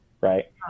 right